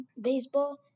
baseball